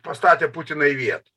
pastatė putiną į vietą